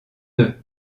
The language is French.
deux